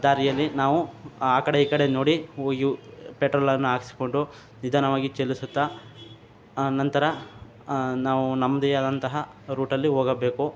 ದಾರಿಯಲ್ಲಿ ನಾವು ಆ ಕಡೆ ಈ ಕಡೆ ನೋಡಿ ಹೋಗಿ ಪೆಟ್ರೋಲನ್ನು ಹಾಕಿಸಿಕೊಂಡು ನಿಧಾನವಾಗಿ ಚಲಿಸುತ್ತಾ ನಂತರ ನಾವು ನಮ್ಮದೇ ಆದಂತಹ ರೂಟಲ್ಲಿ ಹೋಗಬೇಕು